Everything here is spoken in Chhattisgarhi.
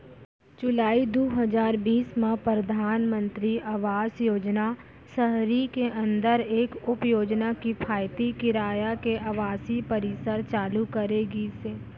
जुलाई दू हजार बीस म परधानमंतरी आवास योजना सहरी के अंदर एक उपयोजना किफायती किराया के आवासीय परिसर चालू करे गिस हे